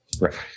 Right